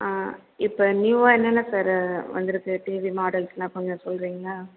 ஆ இப்போ நியூவாக என்னென்ன சார் வந்துருக்கு டிவி மாடல்ஸ் எல்லாம் கொஞ்சம் சொல்லுறிங்களா